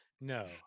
no